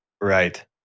Right